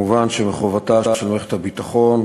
1. מובן שמחובתה של מערכת הביטחון,